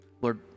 Lord